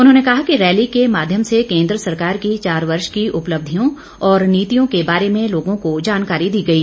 उन्होंने कहा कि रैली के माध्यम से केन्द्र सरकार की चार वर्ष की उपलब्धियों और नीतियों के बारे में लोगों को जानकारी दी गई